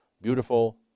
beautiful